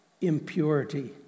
impurity